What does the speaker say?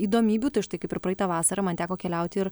įdomybių tai štai kaip ir praeitą vasarą man teko keliauti ir